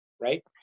right